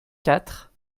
quatre